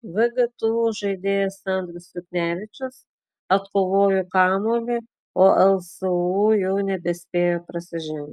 vgtu žaidėjas andrius juknevičius atkovojo kamuolį o lsu jau nebespėjo prasižengti